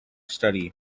study